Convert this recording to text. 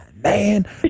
Man